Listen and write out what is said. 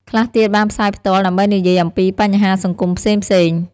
ខ្លះទៀតបានផ្សាយផ្ទាល់ ដើម្បីនិយាយអំពីបញ្ហាសង្គមផ្សេងៗ។